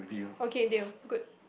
okay deal good